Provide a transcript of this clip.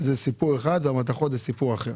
זה סיפור אחד, מתכות זה סיפור אחר.